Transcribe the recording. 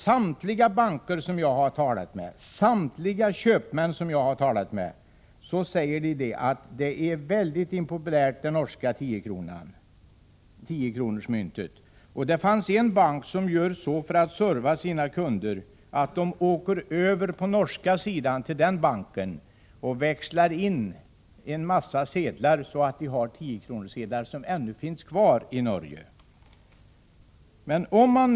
Samtliga banker och köpmän som jag har talat med säger att 10-kronorsmyntet är väldigt impopulärt. För att serva sina kunder åker man från en bank över till norska sidan och växlar in en massa sedlar så att man har 10-kronorssedlar, vilka ännu finns kvar i Norge.